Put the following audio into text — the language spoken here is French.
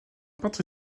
peintre